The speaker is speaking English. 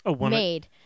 made